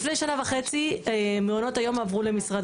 לפני שנה וחצי מעונות היום עברו למשרד